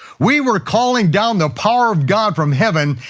we were calling down the power of god from heaven,